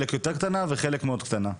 לפעמים יותר קטנה ולפעמים מאוד קטנה.